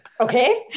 Okay